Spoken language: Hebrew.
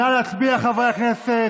נא להצביע, חברי הכנסת.